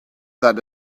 that